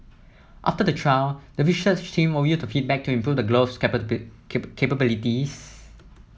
after the trial the research team will use the feedback to improve the glove's capabilities